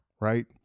Right